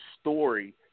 story